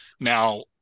Now